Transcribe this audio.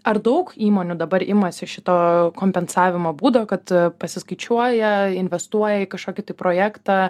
ar daug įmonių dabar imasi šito kompensavimo būdo kad pasiskaičiuoja investuoja į kažkokį tai projektą